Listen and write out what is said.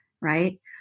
Right